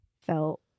felt